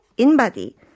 in-body